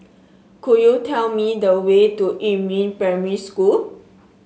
could you tell me the way to Yumin Primary School